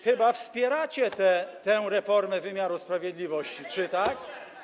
Chyba wspieracie tę reformę wymiaru sprawiedliwości, czy tak?